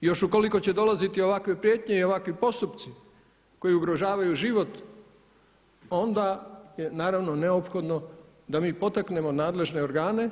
Još ukoliko će dolaziti ovakve prijetnje i ovakvi postupci koji ugrožavaju život onda je naravno neophodno da mi potaknemo nadležne organe